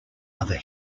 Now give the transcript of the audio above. other